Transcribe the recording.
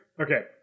Okay